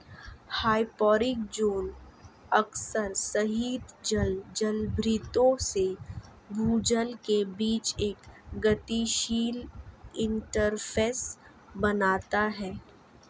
hyporheic zone अक्सर सतही जल जलभृतों से भूजल के बीच एक गतिशील इंटरफ़ेस बनाता है